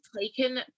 taken